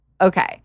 Okay